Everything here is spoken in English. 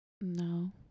No